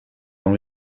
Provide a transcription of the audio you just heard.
dans